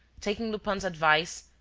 taking lupin's advice,